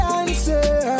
answer